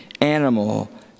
animal